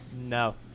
No